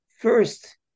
First